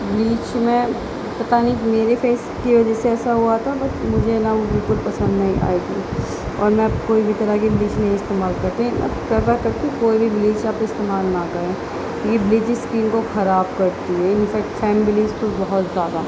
bleach میں پتہ نہیں میرے فیس کے وجہ سے ایسا ہوا تھا بٹ مجھے نا وہ بالکل پسند نہیں آئے گی اور نا اب کوئی بھی طرح کی بلیچ نہیں استعمال کرتی توبہ کرتی ہوں کوئی بھی بلیچ آپ استعمال نہ کریں یہ بلیچ اسکین کو خراب کرتی ہے انفیکٹ فیم بلیچ تو بہت زیادہ